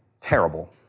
terrible